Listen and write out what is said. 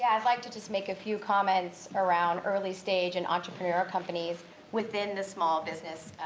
i'd like to just make a few comments around early stage and entrepreneur companies within the small business